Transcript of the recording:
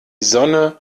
sonne